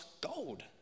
gold